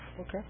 Okay